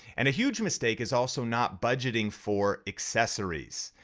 and a huge mistake is also not budgeting for accessories.